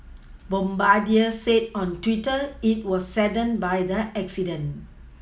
Bombardier said on Twitter it was saddened by the accident